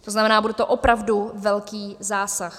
To znamená, bude to opravdu velký zásah.